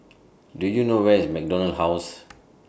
Do YOU know Where IS MacDonald House